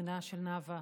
בנה של נאוה,